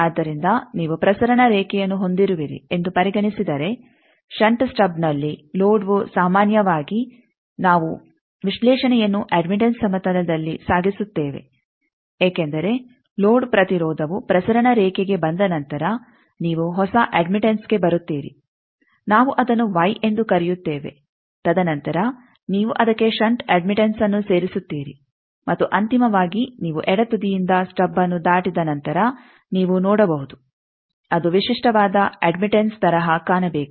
ಆದ್ದರಿಂದ ನೀವು ಪ್ರಸರಣ ರೇಖೆಯನ್ನು ಹೊಂದಿರುವಿರಿ ಎಂದು ಪರಿಗಣಿಸಿದರೆ ಷಂಟ್ ಸ್ಟಬ್ನಲ್ಲಿ ಲೋಡ್ವು ಸಾಮಾನ್ಯವಾಗಿ ನಾವು ವಿಶ್ಲೇಷಣೆಯನ್ನು ಅಡ್ಮಿಟೆಂಸ್ ಸಮತಲದಲ್ಲಿ ಸಾಗಿಸುತ್ತೇವೆ ಏಕೆಂದರೆ ಲೋಡ್ ಪ್ರತಿರೋಧವು ಪ್ರಸರಣ ರೇಖೆಗೆ ಬಂದ ನಂತರ ನೀವು ಹೊಸ ಅಡ್ಮಿಟೆಂಸ್ಗೆ ಬರುತ್ತೀರಿ ನಾವು ಅದನ್ನು ವೈ ಎಂದು ಕರೆಯುತ್ತೇವೆ ತದನಂತರ ನೀವು ಅದಕ್ಕೆ ಷಂಟ್ ಅಡ್ಮಿಟೆಂಸ್ಅನ್ನು ಸೇರಿಸುತ್ತೀರಿ ಮತ್ತು ಅಂತಿಮವಾಗಿ ನೀವು ಎಡ ತುದಿಯಿಂದ ಸ್ಟಬ್ಅನ್ನು ದಾಟಿದ ನಂತರ ನೀವು ನೋಡಬಹುದು ಅದು ವಿಶಿಷ್ಟವಾದ ಅಡ್ಮಿಟೆಂಸ್ ತರಹ ಕಾಣಬೇಕು